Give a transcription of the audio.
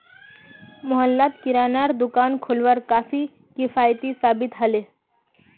मोहल्लात किरानार दुकान खोलवार काफी किफ़ायती साबित ह ले